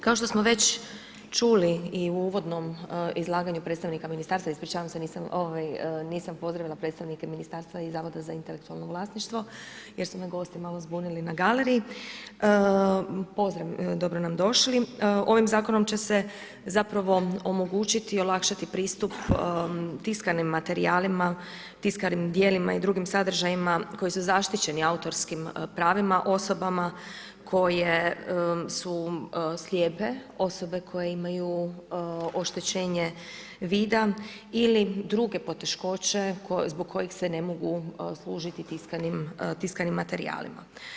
Kao što smo već čuli i u uvodnom izlaganju predstavnika ministarstva, ispričavam se, nisam pozdravila predstavnike Ministarstva i Zavoda za intelektualno vlasništvo jer su me gosti malo zbunili na galeriji, pozdrav, dobro nam došli, ovim zakonom će se zapravo omogućiti i olakšati pristup tiskanim materijalima, tiskanim dijelima i dr. sadržajima koji su zaštićenim autorskim pravima, osobama koje su slijepe, osobe koje imaju oštećenje vida ili druge poteškoće zbog kojih se ne mogu služiti tiskanim materijalima.